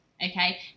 Okay